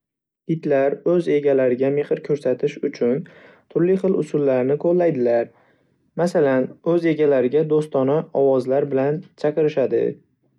Itlar o'z egalariga mehr ko'rsatish uchun turli xil usullarni qo'llaydilar, masalan, o'z egalariga do'stona ovozlar bilan chiqarishadi.